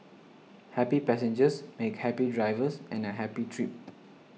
happy passengers make happy drivers and a happy trip